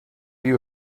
you